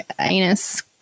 anus